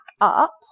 up